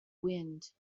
wind